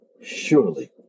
surely